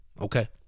Okay